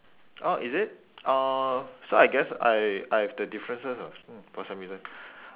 oh is it uh so I guess I I have the differences ah mm for some reason